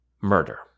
murder